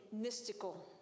mystical